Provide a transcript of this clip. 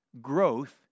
growth